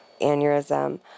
aneurysm